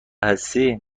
هستی